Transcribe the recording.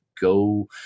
go